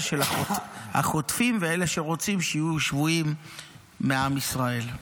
של החוטפים ואלה שרוצים שיהיו שבויים מעם ישראל.